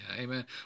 amen